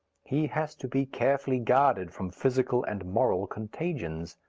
he has to be carefully guarded from physical and moral contagions.